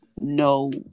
no